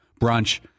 brunch